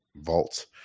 vaults